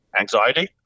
anxiety